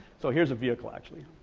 so here's a vehicle actually.